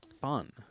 fun